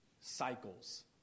cycles